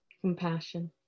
compassion